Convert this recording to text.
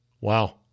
Wow